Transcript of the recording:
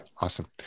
awesome